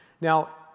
Now